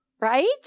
right